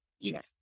Yes